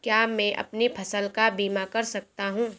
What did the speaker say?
क्या मैं अपनी फसल का बीमा कर सकता हूँ?